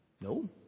No